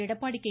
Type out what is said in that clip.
Edappadi K